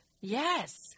yes